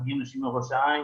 הגיעו נשים מראש העין.